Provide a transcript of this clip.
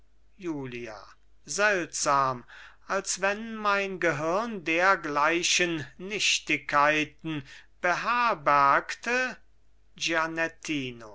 julia seltsam als wenn mein gehirn dergleichen nichtigkeiten beherbergte